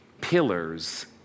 pillars